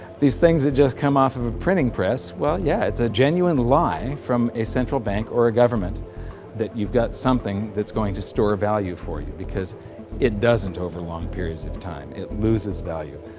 these things that just come off a printing press well yeah, it's a genuine lie from a central bank or government that you've got something that's going to store value for you because it doesn't over long periods of time. it loses value.